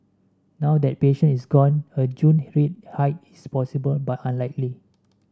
now that patient is gone a June rate hike is possible but unlikely